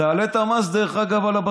תעלה את המס,